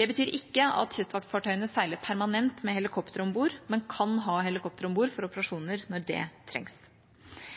Det betyr ikke at kystvaktfartøyene seiler permanent med helikoptre om bord, men kan ha helikoptre om bord for operasjoner, når det trengs.